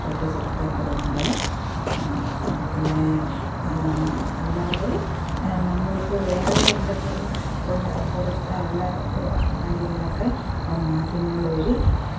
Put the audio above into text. ശ്രദ്ധചെലുത്തേണ്ടതുണ്ട് പിന്നെ അല്ലാതെ നമ്മൾക്ക് വേറെ എന്തെങ്കിലും ഉള്ള കുറച്ചുള്ള കാര്യങ്ങളൊക്കെ മാധ്യമങ്ങൾ വഴി